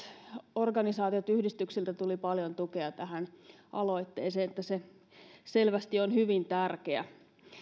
organisaatiolta ja yhdistyksiltä tuli paljon tukea tähän aloitteeseen niin että se selvästi on hyvin tärkeä